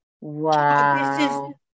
wow